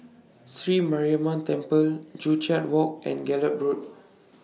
Sri Mariamman Temple Joo Chiat Walk and Gallop Road